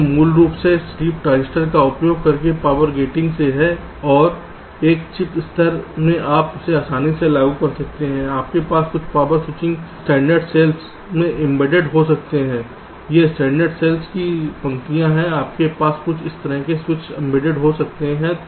यह मूल रूप से स्लीप ट्रांजिस्टर का उपयोग करके पावर गेटिंग से है और एक चिप स्तर में आप इसे आसानी से लागू कर सकते हैं आपके पास कुछ पावर स्विच स्टैंडर्ड सेल्स में एम्बेडेड हो सकते हैं ये स्टैंडर्ड सेल्स की पंक्तियाँ हैं आपके पास कुछ इस तरह के स्विच एम्बेडेड हो सकते हैं